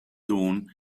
dawn